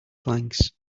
planks